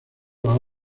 los